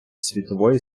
світової